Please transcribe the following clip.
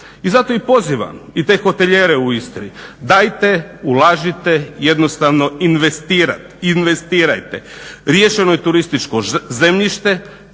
I zato i pozivam i te hotelijere u Istri dajte ulažite jednostavno investirajte. Riješeno je turističko zemljište,